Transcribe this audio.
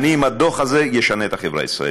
אני עם הדוח הזה אשנה את החברה הישראלית.